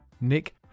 Nick